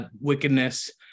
wickedness